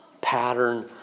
pattern